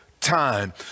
time